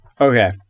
okay